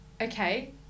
okay